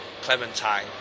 clementine